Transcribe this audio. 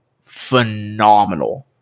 Phenomenal